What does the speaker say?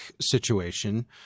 situation